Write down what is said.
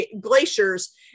glaciers